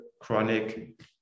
chronic